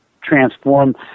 transform